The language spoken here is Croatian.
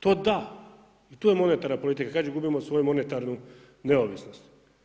To da i to je monetarna politika, kaže gubimo svoju monetarnu neovisnost.